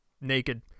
naked